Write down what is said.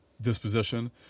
disposition